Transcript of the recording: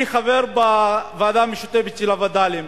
אני חבר בוועדה המשותפת של הווד"לים.